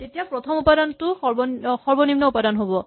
তেতিয়া প্ৰথম উপাদানটো সৰ্বনিম্ন উপাদান হ'ব